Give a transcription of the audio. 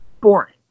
boring